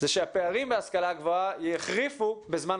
עסקה במצב דירוג מוסדות ההשכלה הגבוהה הישראליים ביחס לעולם,